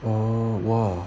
oh !wow!